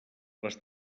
les